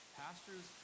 pastors